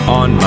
on